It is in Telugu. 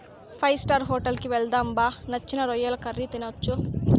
ఫైవ్ స్టార్ హోటల్ కి వెళ్దాం బా నచ్చిన రొయ్యల కర్రీ తినొచ్చు